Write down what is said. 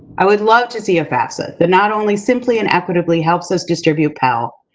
i would love to see a fafsa that not only simply and equitably helps us distribute pell,